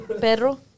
perro